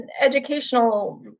educational